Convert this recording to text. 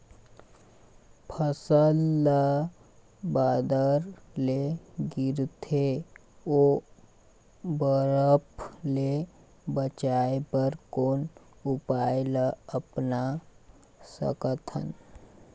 फसल ला बादर ले गिरथे ओ बरफ ले बचाए बर कोन उपाय ला अपना सकथन?